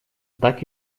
так